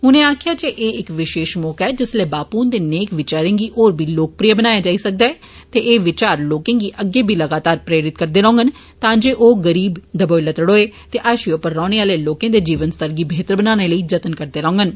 उनें आक्खेआ जे एह इक विषेश मौका ऐ जिसलै बापू हुंदे नेक विचारें गी होर बी लोकप्रिय बनाया जा सकदा ऐ ते एह् विचार लोकें गी अग्गे बी लगातार प्रेरित करदे रोंडन तां जे ओह् गरीब दबोए लतड़ोए ते हाषिए उप्पर रौने आले लोकें दे जीवन स्तर गी बेहतर बनाने लेई जत्न करदे राँङन